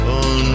on